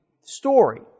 story